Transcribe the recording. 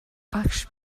багш